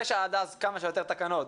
כמה שיותר תקנות,